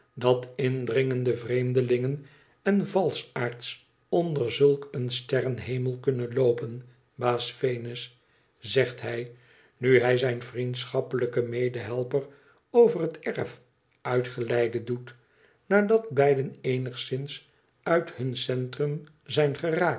dat indringende vreemdelingen en valschaards onder zulk een sterreohemel kunnen loopen baas venus zegt hij nu hij zijn vriendschappelijken medehelper over het erf uitgeleide doet nadat beiden eenigszins uit hun centrum zijn geraakt